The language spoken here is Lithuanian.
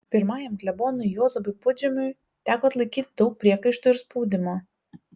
pirmajam klebonui juozapui pudžemiui teko atlaikyti daug priekaištų ir spaudimo